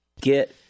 get